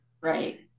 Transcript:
right